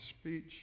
speech